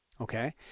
okay